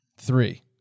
three